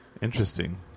Interesting